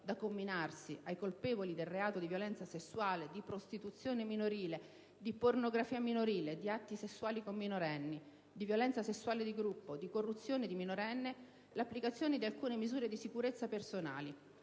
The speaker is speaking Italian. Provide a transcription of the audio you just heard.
da comminarsi ai colpevoli del reato di violenza sessuale, di prostituzione minorile, di pornografia minorile, di atti sessuali con minorenne, di violenza sessuale di gruppo, di corruzione di minorenne l'applicazione di alcune misure di sicurezza personali,